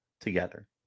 together